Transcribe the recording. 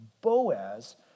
Boaz